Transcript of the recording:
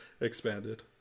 Expanded